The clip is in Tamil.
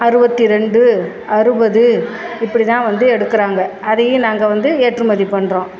அறுபத்தி ரெண்டு அறுபது இப்படி தான் வந்து எடுக்கிறாங்க அதையும் நாங்கள் வந்து ஏற்றுமதி பண்ணுறோம்